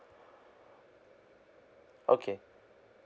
okay